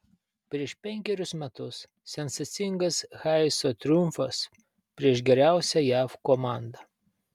prieš penkerius metus sensacingas hayeso triumfas prieš geriausią jav komandą